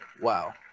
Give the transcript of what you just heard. Wow